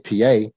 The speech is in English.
PA